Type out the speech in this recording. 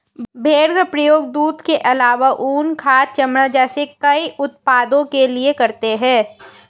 भेड़ का प्रयोग दूध के आलावा ऊन, खाद, चमड़ा जैसे कई उत्पादों के लिए करते है